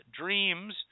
dreams